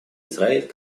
израиль